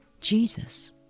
Jesus